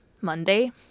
Monday